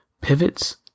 Pivots